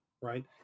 right